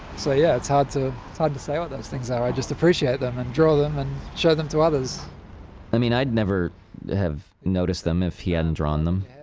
so yeah, it's hard to hard to say what those things are. i just appreciate them and draw them and show them to others i mean, i'd never have noticed them if he hadn't drawn them,